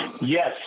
Yes